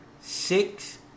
six